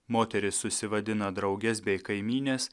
moteris susivadina drauges bei kaimynes